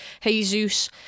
Jesus